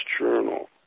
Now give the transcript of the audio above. journal